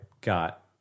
got